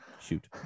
shoot